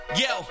yo